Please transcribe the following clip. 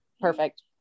Perfect